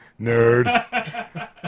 nerd